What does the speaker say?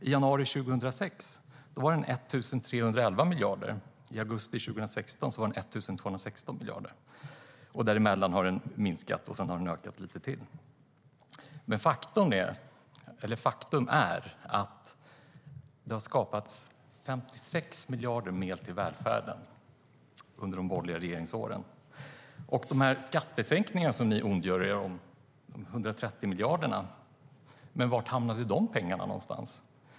I januari 2006 var statsskulden 1 311 miljarder. I augusti 2014 var den 1 261 miljarder. Däremellan har den minskat, och sedan har den ökat lite till. Faktum är att det har skapats 56 miljarder mer till välfärden under de borgerliga regeringsåren. Och de 130 miljarderna i skattesänkningar som ni ondgör er över, var hamnade de pengarna någonstans?